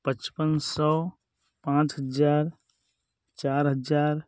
पचपन सौ पाँच हज़ार चार हज़ार